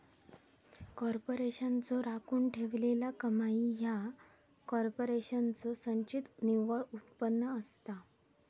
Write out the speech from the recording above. कॉर्पोरेशनचो राखून ठेवलेला कमाई ह्या कॉर्पोरेशनचो संचित निव्वळ उत्पन्न असता